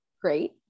great